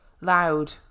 loud